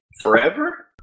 forever